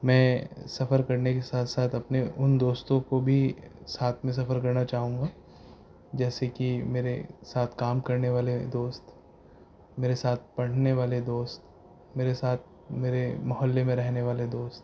میں سفر کرنے کے ساتھ ساتھ اپنے ان دوستوں کو بھی ساتھ میں سفر کرنا چاہوں گا جیسے کہ میرے ساتھ کام کرنے والے دوست میرے ساتھ پڑھنے والے دوست میرے ساتھ میرے محلے میں رہنے والے دوست